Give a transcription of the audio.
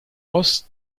ost